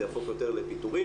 זה יהפוך יותר לפיטורים.